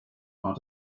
war